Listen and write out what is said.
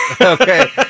okay